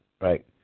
right